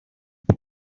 this